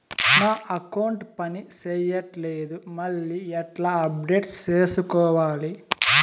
నా అకౌంట్ పని చేయట్లేదు మళ్ళీ ఎట్లా అప్డేట్ సేసుకోవాలి?